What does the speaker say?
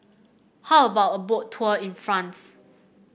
how about a Boat Tour in France